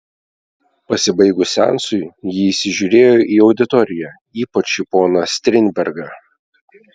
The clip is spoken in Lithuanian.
pasibaigus seansui ji įsižiūrėjo į auditoriją ypač į poną strindbergą